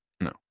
No